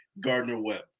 Gardner-Webb